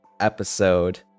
episode